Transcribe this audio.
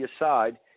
aside